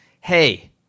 hey